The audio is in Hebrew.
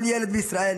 כל ילד בישראל,